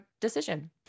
decision